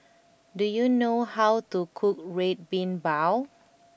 do you know how to cook Red Bean Bao